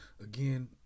again